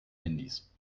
handys